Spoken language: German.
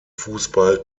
fußball